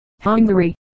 Hungary